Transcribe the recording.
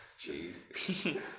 Jeez